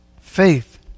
faith